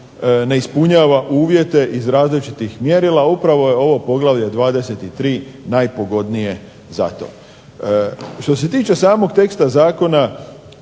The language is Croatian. ne ispunjava uvjete iz različitih mjerila upravo je ovo poglavlje 23. najpogodnije za to. Što se tiče samog teksta zakona